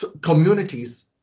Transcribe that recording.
communities